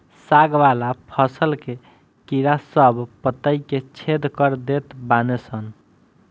साग वाला फसल के कीड़ा सब पतइ के छेद कर देत बाने सन